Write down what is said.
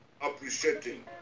appreciating